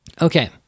Okay